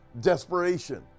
desperation